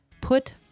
Put